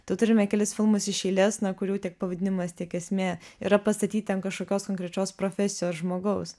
tai turime kelis filmus iš eilės na kurių tiek pavadinimas tiek esmė yra pastatyti ant kažkokios konkrečios profesijos žmogaus